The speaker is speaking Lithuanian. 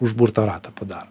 užburtą ratą padaro